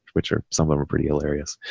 which are, some of them are pretty hilarious.